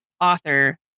author